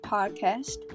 Podcast